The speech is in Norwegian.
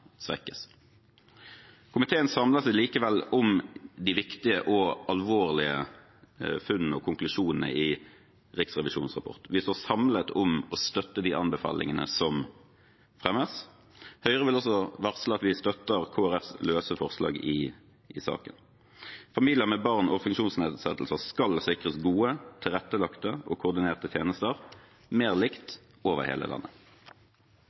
svekkes. Komiteen samler seg likevel om de viktige og alvorlige funnene og konklusjonene i Riksrevisjonens rapport. Vi står samlet om å støtte de anbefalingene som fremmes. Høyre vil også varsle at vi støtter Kristelig Folkepartis løse forslag i saken. Familier med barn med funksjonsnedsettelser skal sikres gode, tilrettelagte og koordinerte tjenester, likere og over hele landet.